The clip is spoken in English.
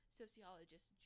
sociologist